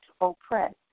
oppress